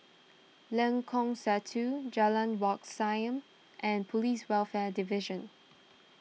Lengkong Satu Jalan Wat Siam and Police Welfare Division